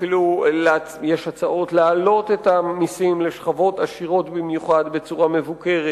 אפילו יש הצעות להעלות את המסים לשכבות עשירות במיוחד בצורה מבוקרת.